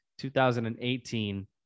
2018